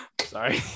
Sorry